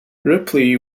ripley